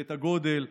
ואת הגודל.